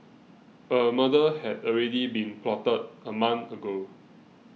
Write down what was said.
a murder had already been plotted a month ago